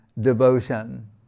devotion